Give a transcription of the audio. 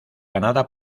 ganada